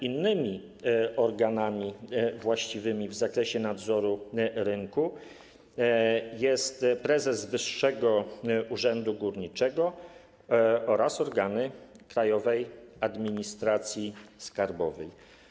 Innymi organami właściwymi w zakresie nadzoru rynku są prezes Wyższego Urzędu Górniczego oraz organy Krajowej Administracji Skarbowej.